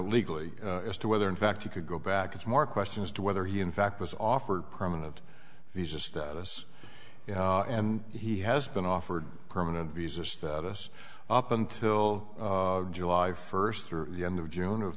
legally as to whether in fact he could go back it's more a question as to whether he in fact was offered permanent visa status and he has been offered permanent visa status up until july first through the end of june of